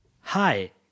Hi